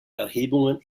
erhebungen